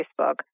Facebook